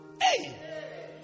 Hey